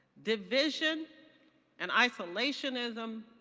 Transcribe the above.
division and isolationism